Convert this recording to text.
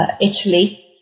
Italy